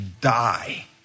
die